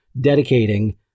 dedicating